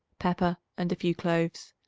pepper and a few cloves.